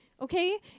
Okay